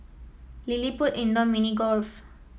LilliPutt Indoor Mini Golf